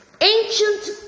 Ancient